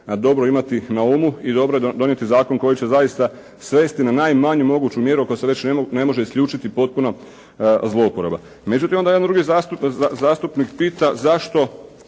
dobro imati na umu i dobro je donijeti zakon koji će zaista svesti na najmanju moguću mjeru ako se već ne može isključiti potpuno zlouporaba. Međutim onda jedan drugi zastupnik pita zašto